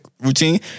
routine